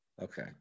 Okay